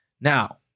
Now